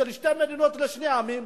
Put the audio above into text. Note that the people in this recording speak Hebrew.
של שתי מדינות לשני עמים,